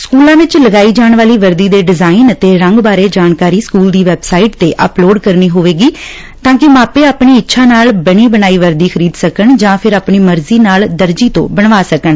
school ਵਿੱਚ ਲਗਈ ਜਾਣ ਵਾਲੀ ਵਰਦੀ ਦੇ ਡਿਜਾੲਨਿ ਅਤੇ ਰੰਗ ਬਾਰੇ ਜਾਣਕਾਰੀ ਸਕੁਲ ਦੀ ਵੈਬਸਾਈਟ ਤੇ ਅਪਲੋਡ ਕਰਨੀ ਹੋਵੇਗੀ ਤਾਂ ਕਿ ਮਾਪੇ ਅਪਾਣੀ ਇੱਛਾ ਨਾਲ ਬਣੀ ਬਣਾਈ ਵਰਦੀ ਖਰੀਦ ਸਕਣ ਜਾਂ ਆਪਣੀ ਮਰਜੀ ਨਾਲ ਦਰਜ਼ੀ ਤੋਂ ਬਣਵਾ ਸਕਣ